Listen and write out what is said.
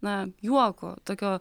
na juoko tokio